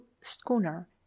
schooner